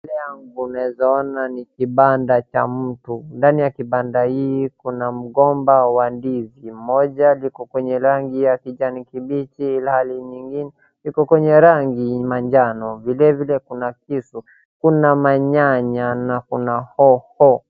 Mbele yangu naeza ona ni kibanda cha mtu. Ndani ya kibanda hiki kuna mgomba wa ndizi, moja liko kwenye rangi ya kijani kibichi ilhali nyingine iko kwenye rangi manjano, vilevile kuna kisu, kuna manyanya na kuna hoho.